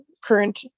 current